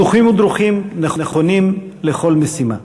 מתוחים ודרוכים, נכונים לכל משימה.